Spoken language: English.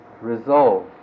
resolve